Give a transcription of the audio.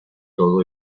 todo